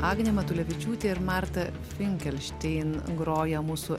agnė matulevičiūtė ir marta finkelštein groja mūsų